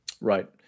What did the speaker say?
Right